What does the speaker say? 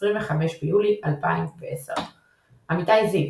25 ביולי 2010 אמיתי זיו,